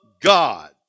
God